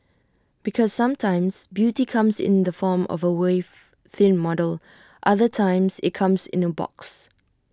because sometimes beauty comes in the form of A waif thin model other times IT comes in A box